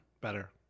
Better